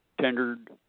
tendered